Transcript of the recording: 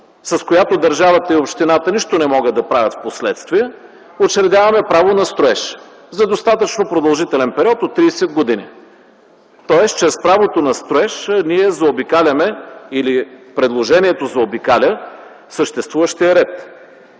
с която държавата и общината нищо не могат да правят впоследствие, и учредяваме право на строеж за достатъчно продължителен период от 30 години. Тоест чрез правото на строеж ние заобикаляме или предложението заобикаля съществуващия ред.